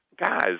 guys